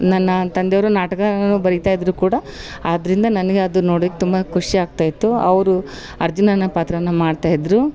ನನ್ನ ತಂದೆಯವರು ನಾಟಕ ಬರಿತಾಯಿದ್ರು ಕೂಡ ಆದ್ರಿಂದ ನನಗೆ ಅದು ನೋಡೋಕೆ ತುಂಬ ಖುಷಿಯಾಗ್ತಾಯಿತ್ತು ಅವರು ಅರ್ಜುನನ ಪಾತ್ರವನ್ನು ಮಾಡ್ತಾಯಿದ್ರು